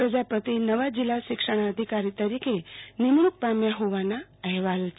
પ્રજાપતિ નેવા જિલ્લા શિક્ષણાધીકારી તૈરીકે નિમણુંક પામ્યા હોવોના અહેવાલ છે